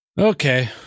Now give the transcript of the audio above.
Okay